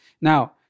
Now